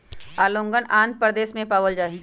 ओंगोलवन आंध्र प्रदेश में पावल जाहई